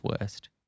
worst